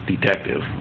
detective